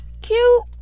cute